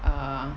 um